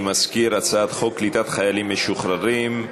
אני מזכיר: הצעת חוק קליטת חיילים משוחררים (תיקון,